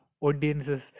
audiences